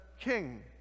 King